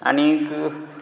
आनीक